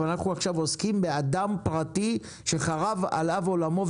אבל אנחנו עכשיו עוסקים באדם פרטי שחרב עליו עולמו,